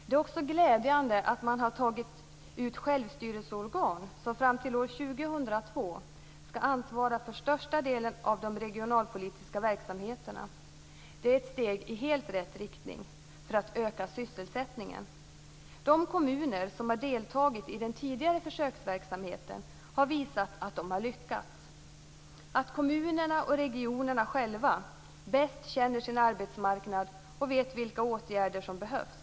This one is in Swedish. Det är också glädjande att självstyrelseorgan har utsett som fram till 2002 skall ansvara för största delen av de regionalpolitiska verksamheterna. Det är ett steg i helt rätt riktning för att öka sysselsättningen. De kommuner som har deltagit i den tidigare försöksverksamheten har visat att de har lyckats, dvs. att kommunerna och regionerna själva bäst känner sin arbetsmarknad och vet vilka åtgärder som behöver vidtas.